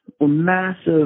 massive